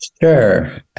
Sure